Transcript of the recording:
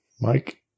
Mike